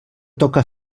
toca